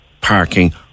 parking